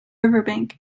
riverbank